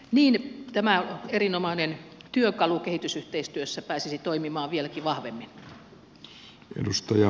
niin tämä erinomainen työkalu kehitysyhteistyössä pääsisi toimimaan vieläkin vahvemmin